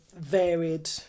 varied